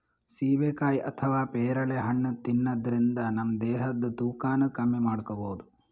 ಸೀಬೆಕಾಯಿ ಅಥವಾ ಪೇರಳೆ ಹಣ್ಣ್ ತಿನ್ನದ್ರಿನ್ದ ನಮ್ ದೇಹದ್ದ್ ತೂಕಾನು ಕಮ್ಮಿ ಮಾಡ್ಕೊಬಹುದ್